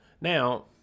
Now